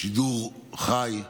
בשידור חי,